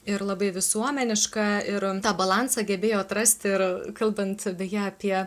ir labai visuomeniška ir tą balansą gebėjo atrasti ir kalbant beje apie